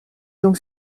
donc